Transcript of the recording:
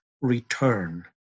return